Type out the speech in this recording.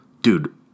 Dude